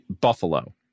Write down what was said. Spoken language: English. Buffalo